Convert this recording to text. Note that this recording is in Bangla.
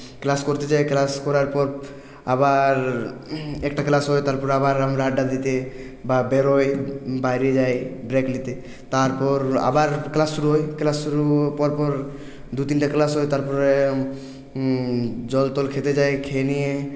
ক্লাস করতে যাই ক্লাস করার পর আবার একটা ক্লাস হয়ে তারপর আবার আমরা আড্ডা দিতে বা বেরোই বাইরে যাই ব্রেক নিতে তারপর আবার ক্লাস শুরু হয় ক্লাস শুরু পরপর দু তিনটে ক্লাস হয়ে তারপরে জল টল খেতে যাই খেয়ে নিয়ে